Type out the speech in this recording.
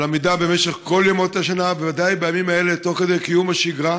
על העמידה במשך כל ימות השנה ובוודאי בימים האלה תוך כדי קיום השגרה.